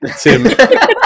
Tim